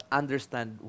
understand